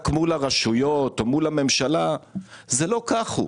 מול הרשויות אל מול הממשלה - לא כך הוא.